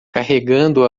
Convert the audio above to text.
carregando